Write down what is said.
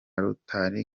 rotary